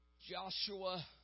Joshua